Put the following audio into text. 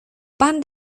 pan